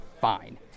Fine